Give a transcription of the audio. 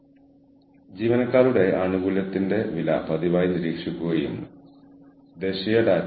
കൂടാതെ അത് ആ പിരിമുറുക്കം കുറയ്ക്കാൻ നിങ്ങളെ സഹായിക്കും അല്ലെങ്കിൽ ആ പ്രതിസന്ധി പരിഹരിക്കാൻ നിങ്ങളെ സഹായിക്കും